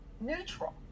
neutral